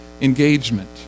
engagement